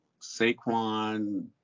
Saquon